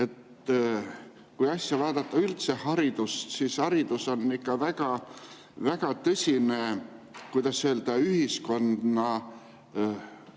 seda asja vaadata, üldse haridust, siis haridus on ikka väga tõsine, kuidas öelda, ühiskonda